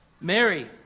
Mary